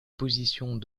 positions